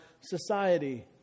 society